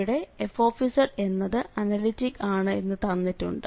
ഇവിടെ f എന്നത് analytic ആണ് എന്ന് തന്നിട്ടുണ്ട്